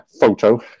photo